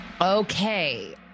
Okay